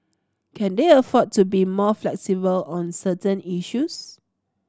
can they afford to be more flexible on certain issues